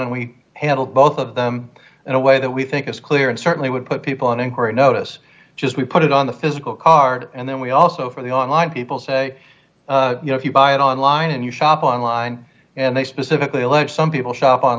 and we handle both of them in a way that we think is clear and certainly would put people on inquiry notice just we put it on the physical card and then we also for the online people say you know if you buy it online and you shop online and they specifically allege some people shop on